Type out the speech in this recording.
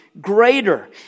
greater